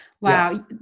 Wow